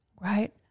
Right